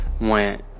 went